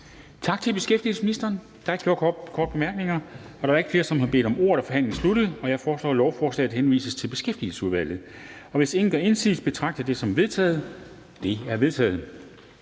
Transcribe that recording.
ikke flere korte bemærkninger. Da der ikke er flere, som har bedt om ordet, er forhandlingen sluttet. Jeg foreslår, at lovforslaget henvises til Beskæftigelsesudvalget. Og hvis ingen gør indsigelse, betragter jeg det som vedtaget. Det er vedtaget.